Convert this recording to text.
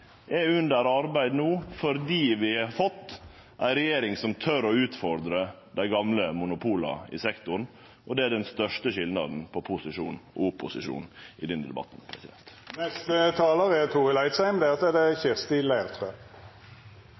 er under arbeid no fordi vi har fått ei regjering som tør å utfordre dei gamle monopola i sektoren. Det er den største skilnaden på posisjonen og opposisjonen i denne debatten.